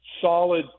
solid